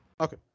Okay